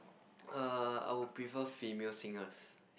err I would prefer female singers